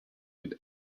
with